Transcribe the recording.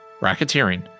racketeering